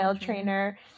trainer